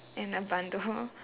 in a bundle